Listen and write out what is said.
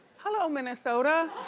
hello minnesota.